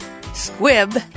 Squib